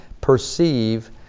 perceive